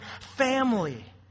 family